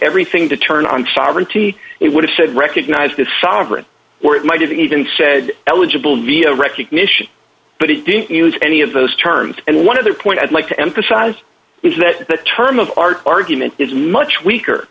everything to turn on sovereignty it would have said recognize the sovereign or it might have even said eligible via recognition but it didn't use any of those terms and one of the point i'd like to emphasize is that the term of art argument is much weaker